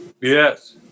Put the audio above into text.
Yes